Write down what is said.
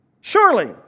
Surely